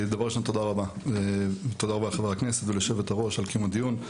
תודה רבה לחברי הכנסת וליושבת הראש על קיום הדיון.